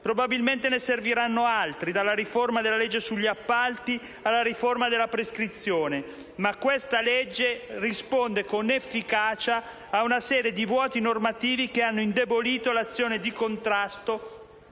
Probabilmente ne serviranno altri, dalla riforma della legge sugli appalti alla riforma della prescrizione. Ma questa legge risponde con efficacia ad una serie di vuoti normativi che hanno indebolito l'azione di contrasto